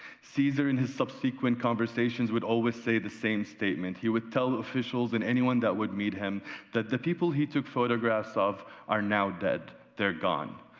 caesar and his subsequent conversations would always say the same statement. he would tell officials and anyone that would meet him that the people he took photographs of are now dead. they're gone.